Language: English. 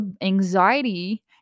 anxiety